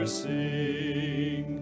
sing